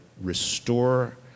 restore